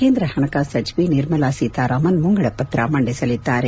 ಕೇಂದ್ರ ಹಣಕಾಸು ಸಚಿವೆ ನಿರ್ಮಲಾ ಸೀತಾರಾಮನ್ ಮುಂಗಡಪತ್ರ ಮಂಡಿಸಲಿದ್ದಾರೆ